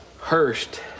Hurst